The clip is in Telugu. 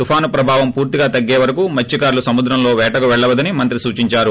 తుఫాను ప్రభావం పూర్తిగా తగ్గే వరకూ మత్సతారులు సముద్రంలో వేటకు వెళ్ళ వద్దని మంత్రి సూచించారు